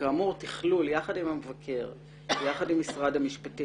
כאמור, תכלול יחד עם המבקר ויחד עם משרד המשפטים.